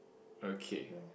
okay